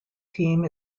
team